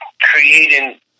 creating